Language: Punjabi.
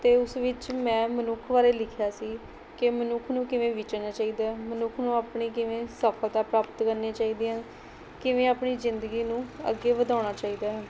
ਅਤੇ ਉਸ ਵਿੱਚ ਮੈਂ ਮਨੁੱਖ ਬਾਰੇ ਲਿਖਿਆ ਸੀ ਕਿ ਮਨੁੱਖ ਨੂੰ ਕਿਵੇਂ ਵਿਚਰਨਾ ਚਾਹੀਦਾ ਹੈ ਮਨੁੱਖ ਨੂੰ ਆਪਣੀ ਕਿਵੇਂ ਸਫ਼ਲਤਾ ਪ੍ਰਾਪਤ ਕਰਨੀ ਚਾਹੀਦੀ ਹੈ ਕਿਵੇਂ ਆਪਣੀ ਜ਼ਿੰਦਗੀ ਨੂੰ ਅੱਗੇ ਵਧਾਉਣਾ ਚਾਹੀਦਾ ਹੈ